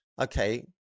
Okay